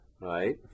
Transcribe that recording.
right